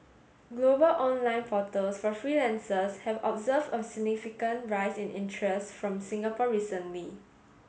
global online portals for freelancers have observed a significant rise in interest from Singapore recently